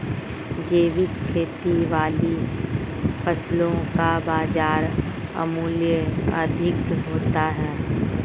जैविक खेती वाली फसलों का बाजार मूल्य अधिक होता है